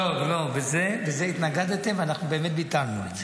לא, לזה התנגדתם ואנחנו באמת ביטלנו.